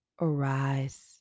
Arise